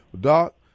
Doc